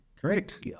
Correct